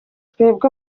twebwe